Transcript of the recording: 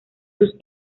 sus